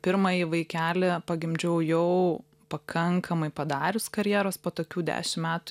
pirmąjį vaikelį pagimdžiau jau pakankamai padarius karjeros po tokių dešim metų